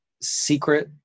secret